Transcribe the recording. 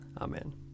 Amen